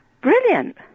Brilliant